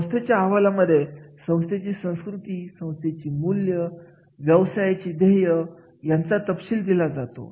संस्थेच्या अहवालामध्ये संस्थेची संस्कृती संस्थेची मूल्य व्यवसायाची ध्येय याचा तपशील दिलेला असतो